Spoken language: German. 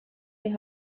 die